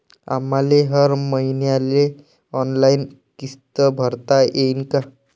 आम्हाले हर मईन्याले ऑनलाईन किस्त भरता येईन का?